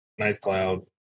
Nightcloud